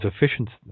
efficiency